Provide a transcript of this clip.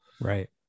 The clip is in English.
Right